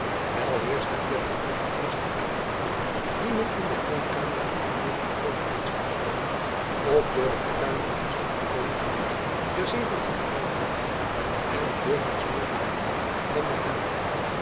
wel heerschte hier die pracht en kostelijkheid niet die men in de pronkkamer der jacob van lennep elizabeth musch vermogende overheidspersonen of door de fortuin begunstigde kooplieden der zeventiende eeuw aantrof en die doorgaands meer verblindde dan